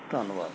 ਧੰਨਵਾਦ